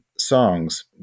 songs